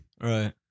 Right